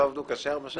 לא עבדנו קשה ארבע שנים?